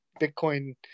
Bitcoin